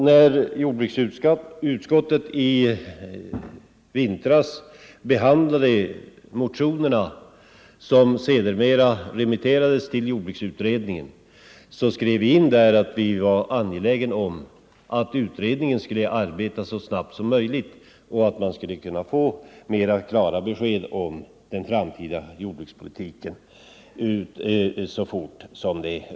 När jordbruksutskottet Nr 137 i vintras remitterade en del motioner till jordbruksutredningen skrev Fredagen den vi att det var angeläget att utredningen arbetade så snabbt som möjligt 6 december 1974 och att man så fort som möjligt kunde få klara besked om den framtida I jordbrukspolitiken. Ang.